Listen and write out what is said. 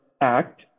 Act